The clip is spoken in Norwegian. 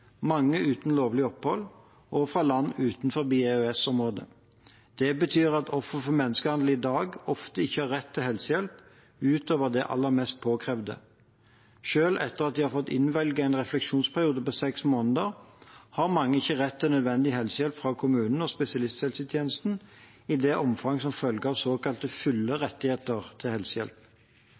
mange uten lovlig opphold, og fra land utenfor EØS-området. Det betyr at ofre for menneskehandel i dag ofte ikke har rett til helsehjelp utover det aller mest påkrevde. Selv etter at de har fått innvilget en refleksjonsperiode på seks måneder, har mange ikke rett til nødvendig helsehjelp fra kommunen og spesialisthelsetjenesten i det omfang som følger av såkalte fulle rettigheter til helsehjelp.